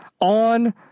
on